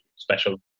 special